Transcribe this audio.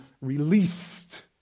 released